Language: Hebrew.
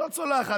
לא צולחת.